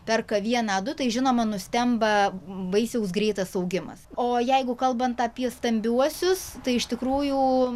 perka vieną du tai žinoma nustemba vaisiaus greitas augimas o jeigu kalbant apie stambiuosius tai iš tikrųjų